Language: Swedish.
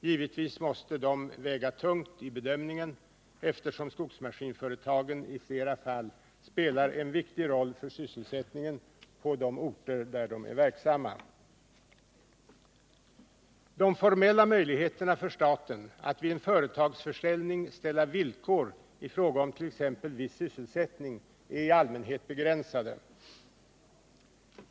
Givetvis måste dessa väga tungt i bedömningen, eftersom skogsmaskinsföretagen i flera fall spelar en viktig roll för sysselsättningen på de orter där de är verksamma. De formella möjligheterna för staten att vid en företagsförsäljning ställa villkor i fråga om t.ex. viss sysselsättning är i allmänhet begränsade.